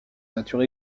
nature